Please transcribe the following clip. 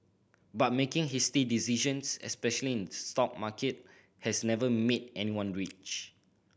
but making hasty decisions especially in stock market has never made anyone rich